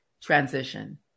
transition